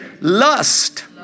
lust